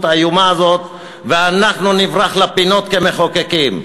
האיומה הזאת ואנחנו נברח לפינות כמחוקקים.